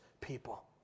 people